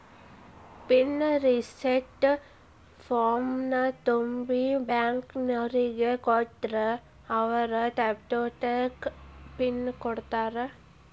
pin reset ಫಾರ್ಮ್ನ ತುಂಬಿ ಬ್ಯಾಂಕ್ನೋರಿಗ್ ಕೊಟ್ರ ಅವ್ರು ತಾತ್ಪೂರ್ತೆಕ ಪಿನ್ ಕೊಡ್ತಾರಾ